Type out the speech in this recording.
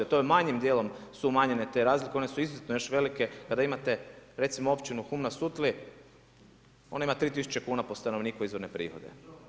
To je manjim dijelom, su umanjene te razlike, one su izuzetno još velike, kada imate recimo općinu Hum na Sutli, ona ima 3000 kn po stanovniku, izvorne prihode.